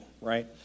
right